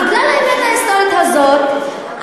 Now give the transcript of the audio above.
בגלל האמת ההיסטורית הזאת,